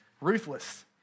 Ruthless